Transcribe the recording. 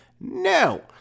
no